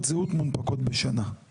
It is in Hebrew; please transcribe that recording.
לארצות הברית הוא צריך לתכנן את עצמו שנה וחצי